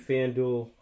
FanDuel